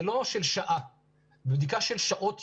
ולא של שעה אלא בדיקה של שעות,